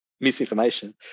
misinformation